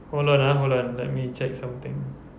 hold on ah hold on let me check something